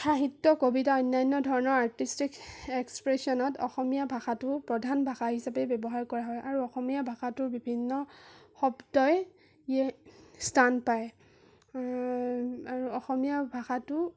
সাহিত্য কবিতা অন্যান্য ধৰণৰ আৰ্টিষ্টিক এক্সপ্ৰেচনত অসমীয়া ভাষাটো প্ৰধান ভাষা হিচাপে ব্যৱহাৰ কৰা হয় আৰু অসমীয়া ভাষাটোৰ বিভিন্ন শব্দই স্থান পায় আৰু অসমীয়া ভাষাটো